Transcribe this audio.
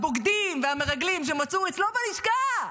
הבוגדים והמרגלים שמצאו אצלו בלשכה,